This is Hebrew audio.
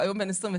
היום הוא בן 29,